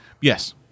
Yes